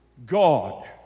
God